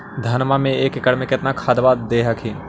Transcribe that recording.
धनमा मे एक एकड़ मे कितना खदबा दे हखिन?